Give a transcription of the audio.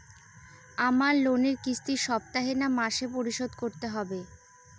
আমার লোনের কিস্তি সপ্তাহে না মাসে পরিশোধ করতে হবে?